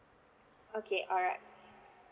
okay alright